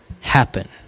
happen